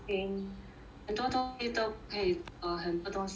很多东西都不可以做很多东西要